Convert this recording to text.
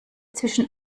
zwischen